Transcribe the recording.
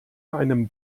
einem